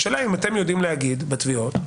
האם אתם יודעים להגיד, בתביעות,